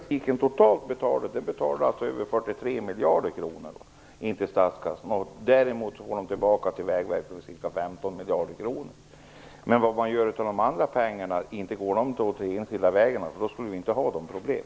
Fru talman! Biltrafiken betalar totalt in över 43 miljarder kronor till statskassan. Därav från den tillbaka ca 15 miljarder kronor från Vägverket. Men vad gör man av de andra pengarna? Inte går de till de enskilda vägarna. Då skulle vi inte ha dessa problem.